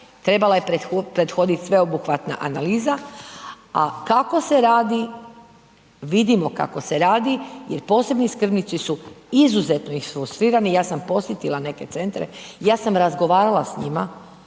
Trebala je prethoditi sveobuhvatna analiza, a kako se radi vidimo kako se radi jer posebni skrbnici su izuzetno isfrustrirani. Ja sam posjetila neke centre, ja sam razgovarala s njima,